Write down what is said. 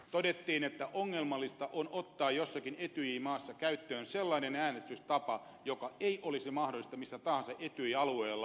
todettiin että ongelmallista on ottaa jossakin etyj maassa käyttöön sellainen äänestystapa joka ei olisi mahdollista missä tahansa etyj alueella